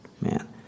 man